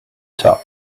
top